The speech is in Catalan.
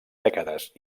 dècades